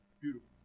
Beautiful